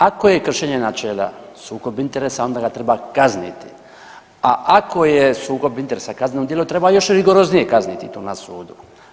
Ako je kršenje načela sukob interesa onda ga treba kazniti, a ako je sukob interesa kazneno djelo treba još rigoroznije kazniti to na sudu.